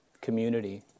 community